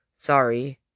sorry